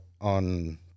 on